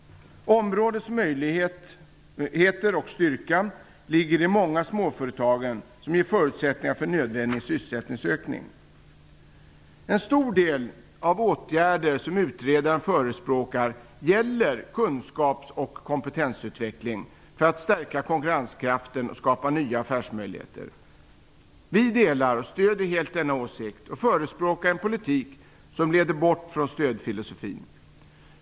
Områdets möjligheter och styrka ligger i de många småföretagen, som ger förutsättningar för en nödvändig sysselsättningsökning. En stor del av de åtgärder som utredaren förespråkar gäller kunskaps och kompetensutveckling för att stärka konkurrenskraften och skapa nya affärsmöjligheter. Vi delar och stöder helt denna åsikt och förespråkar en politik som leder bort från stödfilosofin.